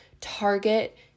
target